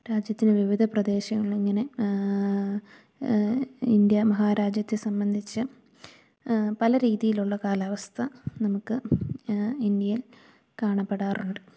രാജ്യത്തിനു വിവിധ പ്രദേശങ്ങളിങ്ങനെ ഇന്ത്യാ മഹാരാജ്യത്തെ സംബന്ധിച്ച് പല രീതിയിലുള്ള കാലാവസ്ഥ നമുക്ക് ഇന്ത്യയിൽ കാണപ്പെടാറുണ്ട്